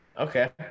Okay